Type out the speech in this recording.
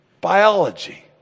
Biology